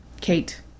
Kate